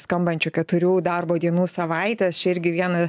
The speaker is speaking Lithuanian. skambančio keturių darbo dienų savaitės čia irgi viena